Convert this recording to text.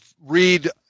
read